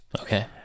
Okay